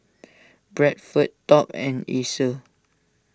Bradford Top and Acer